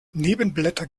nebenblätter